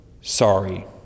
sorry